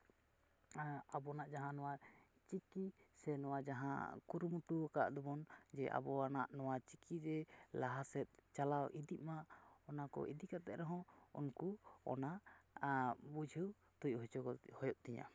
ᱟᱵᱚᱱᱟᱜ ᱡᱟᱦᱟᱸ ᱱᱚᱣᱟ ᱪᱤᱠᱤ ᱥᱮ ᱱᱚᱣᱟ ᱡᱟᱦᱟᱸ ᱠᱩᱨᱩᱢᱩᱴᱩ ᱠᱟᱜ ᱫᱚᱵᱚᱱ ᱡᱮ ᱟᱵᱚᱣᱟᱜ ᱱᱚᱣᱟ ᱪᱤᱠᱤ ᱡᱮ ᱞᱟᱦᱟ ᱥᱮᱫ ᱪᱟᱞᱟᱣ ᱤᱫᱤᱜ ᱢᱟ ᱚᱱᱟ ᱠᱚ ᱤᱫᱤ ᱠᱟᱛᱮᱫ ᱨᱚᱦᱚᱸ ᱩᱱᱠᱩ ᱚᱱᱟ ᱵᱩᱡᱷᱟᱹᱣ ᱛᱤᱭᱩᱜ ᱦᱚᱪᱚ ᱦᱩᱭᱩᱜ ᱛᱤᱧᱟᱹ